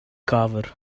carver